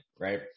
right